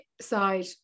side